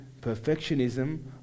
perfectionism